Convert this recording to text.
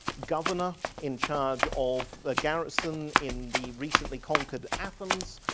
governor in charge of the garrison in the recently conquered athens,